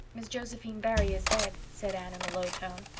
miss josephine barry is dead, said anne, in a low tone.